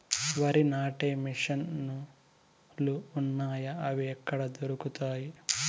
వరి నాటే మిషన్ ను లు వున్నాయా? అవి ఎక్కడ దొరుకుతాయి?